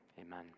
amen